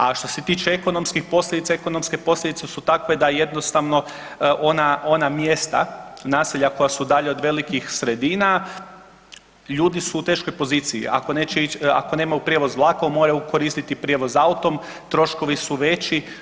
A što se tiče ekonomskih posljedica, ekonomske posljedice su takve da jednostavno ona mjesta naselja koja su dalje od velikih sredina ljudi su u teškoj poziciji, ako nemaju prijevoz vlakom moraju koristiti prijevoz autom, troškovi su veći.